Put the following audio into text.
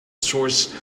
source